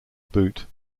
boot